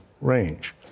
range